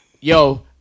yo